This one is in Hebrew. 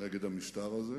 נגד המשטר הזה.